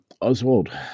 Oswald